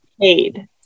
paid